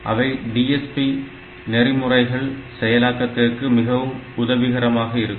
அவை DSP நெறிமுறைகள் செயலாக்கத்திற்கு மிகவும் உதவிகரமாக இருக்கும்